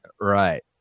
Right